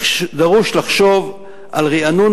דרוש לחשוב על רענון,